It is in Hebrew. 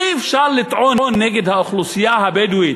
אי-אפשר לטעון נגד האוכלוסייה הבדואית